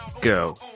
go